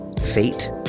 fate